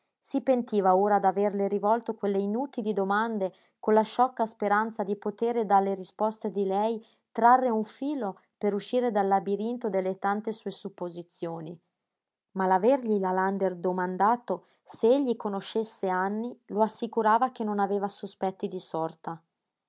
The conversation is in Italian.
si pentiva ora d'averle rivolto quelle inutili domande con la sciocca speranza di potere dalle risposte di lei trarre un filo per uscire dal labirinto delle tante sue supposizioni ma l'avergli la lander domandato se egli conoscesse anny lo assicurava che non aveva sospetti di sorta